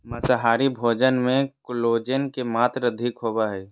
माँसाहारी भोजन मे कोलेजन के मात्र अधिक होवो हय